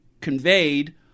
conveyed